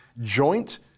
joint